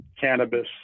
Cannabis